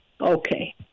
Okay